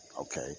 Okay